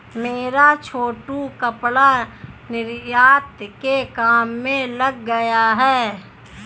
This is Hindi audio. मेरा छोटू कपड़ा निर्यात के काम में लग गया है